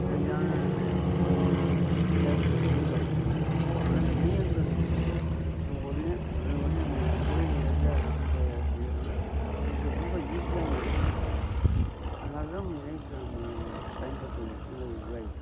சரியான நேரத்தில் எதுவுமே கிடைக்கிறது இல்லை ஆனால் இணையங்களில் வந்து நம்ம உடனே உடனே உடனே நம்ம நம்மளே நேரடியாக எல்லாத்தையும் செய்கிறதுனால நமக்கு ரொம்ப ஈஸியாகவும் இருக்குது அதனால்தான் நம்ம இணையத்தை நம்ம பயன்படுத்துகிற சூழ்நிலை உருவாகிடுச்சி